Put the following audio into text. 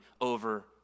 over